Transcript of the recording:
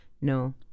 No